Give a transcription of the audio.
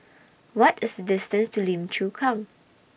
What This distance to Lim Chu Kang